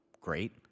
great